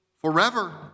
forever